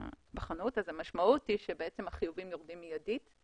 בחנות, החיובים יורדים מיידית.